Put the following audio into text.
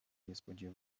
niespodzie